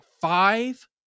five